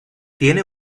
tiene